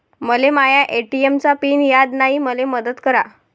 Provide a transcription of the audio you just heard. मले माया ए.टी.एम चा पिन याद नायी, मले मदत करा